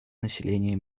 населения